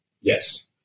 Yes